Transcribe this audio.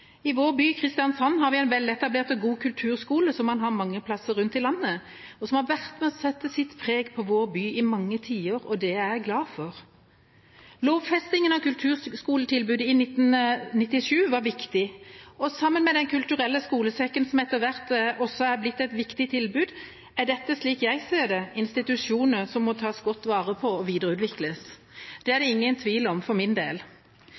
I vår by, Kristiansand, har vi en veletablert og god kulturskole – som man har mange plasser rundt i landet – som har vært med på å sette sitt preg på vår by i mange tiår, og det er jeg glad for. Lovfestingen av kulturskoletilbudet i 1997 var viktig. Og sammen med Den kulturelle skolesekken, som etter hvert også er blitt et viktig tilbud, er dette, slik jeg ser det, institusjoner som må tas godt vare på og videreutvikles. Det er det ingen tvil om for min del.